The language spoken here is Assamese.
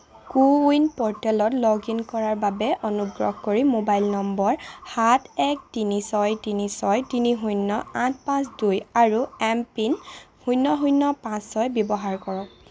কো ৱিন প'ৰ্টেলত লগ ইন কৰাৰ বাবে অনুগ্ৰহ কৰি মোবাইল নম্বৰ সাত এক তিনি ছয় তিনি ছয় তিনি শূন্য আঠ পাঁচ দুই আৰু এমপিন শূন্য শূন্য পাঁচ ছয় ব্যৱহাৰ কৰক